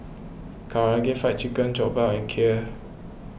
Karaage Fried Chicken Jokbal and Kheer